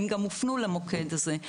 הם גם הופנו למוקד הזה.